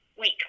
week